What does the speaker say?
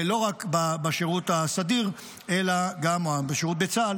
לא רק בשירות הסדיר או בשירות בצה"ל